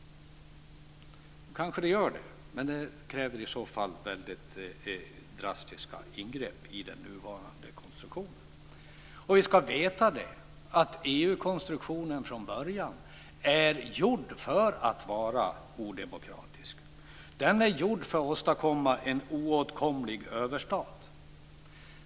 Kanske det gör det, men det kräver i så fall väldigt drastiska ingrepp i den nuvarande konstruktionen. Vi ska veta att EU-konstruktionen från början är gjord för att vara odemokratisk. Den är gjord för att åstadkomma en oåtkomlig överstat.